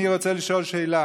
אני רוצה לשאול שאלה,